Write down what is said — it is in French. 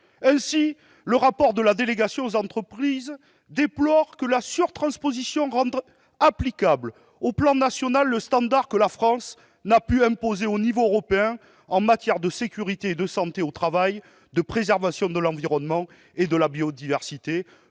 Ainsi, le rapport de la délégation sénatoriale aux entreprises déplore que la surtransposition rende applicable au plan national le standard que la France n'a pu imposer au niveau européen en matière de sécurité et de santé au travail, de préservation de l'environnement et de la biodiversité,